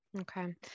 Okay